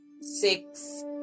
six